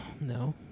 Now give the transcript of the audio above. No